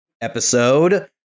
episode